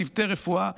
צוותי רפואה,